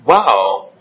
Wow